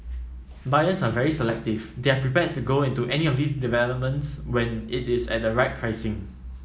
buyers are very selective they are prepared to go into any of these developments when it is at the right pricing